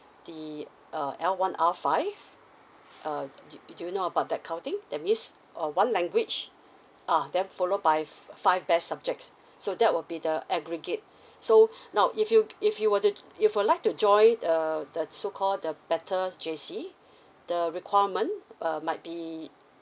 the uh L one R five uh d~ do you know about that counting that means uh one language uh then followed by five best subjects so that will be the aggregate so now if you if you were to if you like to join the the so call the better J_C the requirement err might be